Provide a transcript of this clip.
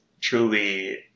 truly